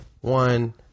one